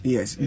Yes